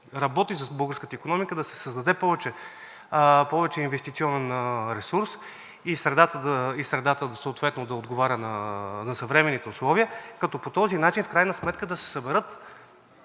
работи с българската икономика – да се създаде повече инвестиционен ресурс. Средата съответно да отговаря на съвременните условия, като по този начин в крайна сметка да се съберат